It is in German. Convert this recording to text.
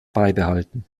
beibehalten